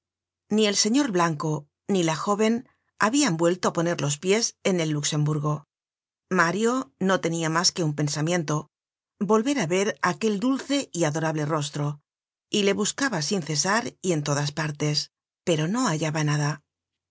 ni el señor blanco ni la jóven habian vuelto á poner los pies en el luxemburgo mario no tenia mas que un pensamiento volver á ver aquel dulce y adorable rostro y le buscaba sin cesar y en todas partes pero no hallaba nada